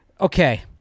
Okay